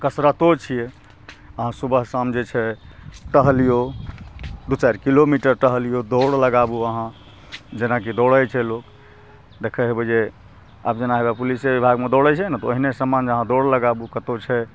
आ कसरतो छियै अहाँ सुबह शाम जे छै टहलियौ दू चारि किलोमीटर टहलियौ दौड़ लगाबू अहाँ जेनाकि दौड़य छै लोग देखैत होयबै जे आब जेना पुलिसे बिभागमे दौड़य छै ने ओहने समान जे अहाँ दौड़ लगाबू कतहुँ छै